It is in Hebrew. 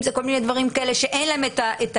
אם זה כל מיני דברים כאלה שאין להם את היכולת,